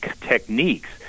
techniques